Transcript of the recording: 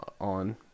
On